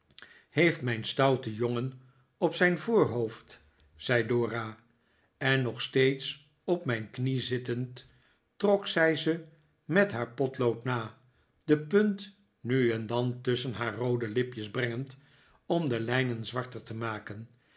heeft mijn stoute jongen op zijn voorhoofd zei dora en nog steeds op mijn knie zittend trok zij ze met haar potlood na de punt nu en dan tusschen haar roode lipjes brengend om de lijnen zwarter te maken